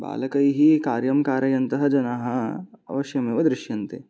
बालकैः कार्यं कारयन्तः जनाः अवश्यमेव दृश्यन्ते